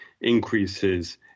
increases